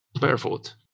barefoot